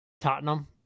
Tottenham